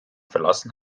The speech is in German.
verlassen